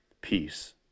peace